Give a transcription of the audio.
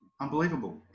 unbelievable